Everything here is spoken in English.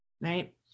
right